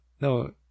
no